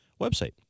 website